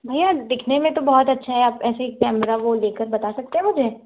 भैया दिखने मैं तो बहुत अच्छा है आप ऐसे ही कैमरा वो देख कर बता सकते हैं मुझे